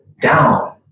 down